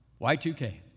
Y2K